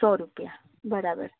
સો રૂપિયા